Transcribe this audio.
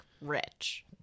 rich